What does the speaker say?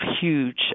huge